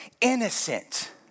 innocent